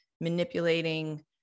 manipulating